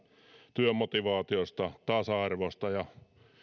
työmotivaatiosta ja tasa arvosta ja